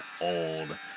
old